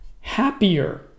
happier